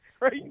right